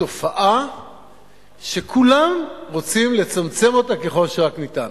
תופעה שכולם רוצים לצמצם אותה ככל שרק ניתן.